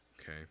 Okay